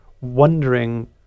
wondering